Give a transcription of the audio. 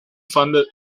funded